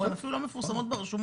הן אפילו לא מפורסמות ברשומות,